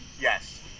Yes